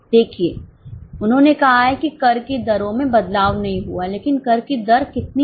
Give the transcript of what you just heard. देखिए उन्होंने कहा है कि कर की दरों में बदलाव नहीं हुआ है लेकिन कर की दर कितनी है